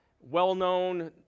well-known